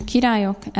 Királyok